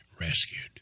rescued